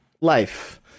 life